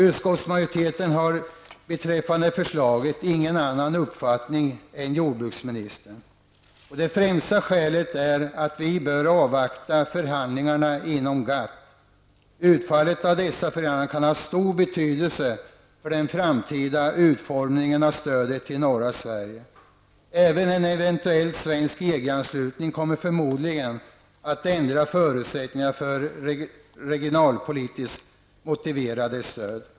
Utskottsmajoriteten har beträffande förslaget ingen annan uppfattning än jordbruksministern. Det främsta skälet är att vi bör avvakta förhandlingarna inom GATT. Utfallet av dessa förhandlingar kan ha en stor betydelse för den framtida utformningen av stödet till norra Sverige. Även en eventuell svensk EG-anslutning kommer förmodligen att ändra förutsättningarna för regionalpolitiskt motiverade stöd.